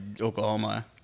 Oklahoma